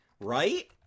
right